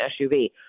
SUV